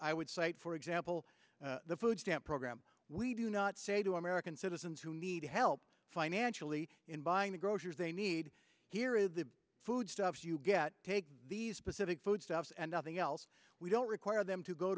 i would cite for example the food stamp program we do not say to american citizens who need help financially in buying the groceries they need here are the foodstuffs you get these specific foodstuffs and nothing else we don't require them to go